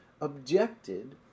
objected